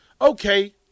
Okay